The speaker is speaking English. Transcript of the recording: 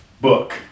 book